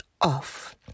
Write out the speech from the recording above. off